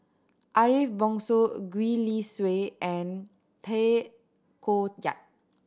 Ariff Bongso Gwee Li Sui and Tay Koh Yat